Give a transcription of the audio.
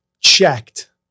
checked